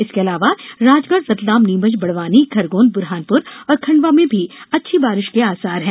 इसके अलावा राजगढ रतलाम नीमच बड़वानी खरगोन बुरहानपुर और खंडवा में भी अच्छी बारिश के आसार हैं